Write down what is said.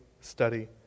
study